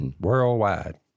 worldwide